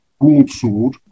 Broadsword